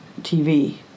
TV